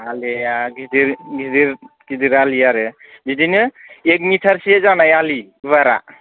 आलिया गिदिर गिदिर गिदिर आलि आरो बिदिनो एक मिटारसे जानाय आलि गुवारा